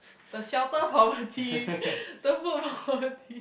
the shelter poverty the food poverty